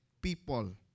people